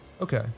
okay